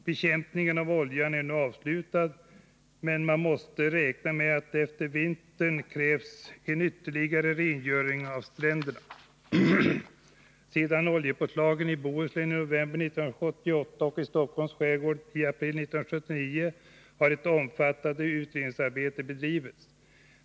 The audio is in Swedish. Bekämpningen av oljan är nu avslutad, men man måste räkna med att det efter vintern krävs en ytterligare rengöring av stränderna. Efter oljepåslagen i Bohuslän i november 1978 och i Stockholms skärgård i april 1979 har ett omfattande utredningsarbete bedrivits.